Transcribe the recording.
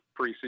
preseason